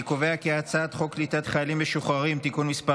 אני קובע כי הצעת חוק קליטת חיילים משוחררים (תיקון מס'